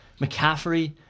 McCaffrey